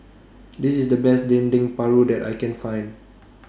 This IS The Best Dendeng Paru that I Can Find